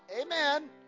Amen